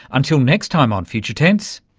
until next time on future tense,